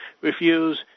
refuse